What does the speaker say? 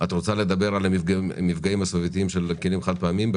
את רוצה לדבר על המפגעים הסביבתיים שגורם השימוש בחד-פעמי,